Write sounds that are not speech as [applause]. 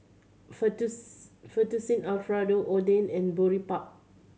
[unintelligible] Fettuccine Alfredo Oden and Boribap